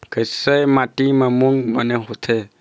कइसे माटी म मूंग बने होथे?